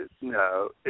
No